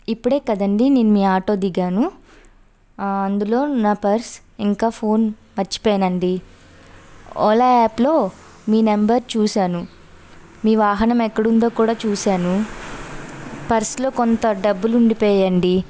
ఇప్పుడే కదండి నేను మీ ఆటో దిగాను అందులో నా పర్స్ ఇంకా ఫోన్ మర్చిపోయినాను అండి ఓలా యాప్లో మీ నెంబర్ చూశాను మీ వాహనం ఎక్కడ ఉందో కూడా చూశాను పర్స్లో కొంత డబ్బులు ఉండిపోయాయి అండి